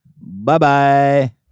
Bye-bye